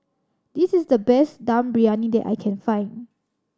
this is the best Dum Briyani that I can find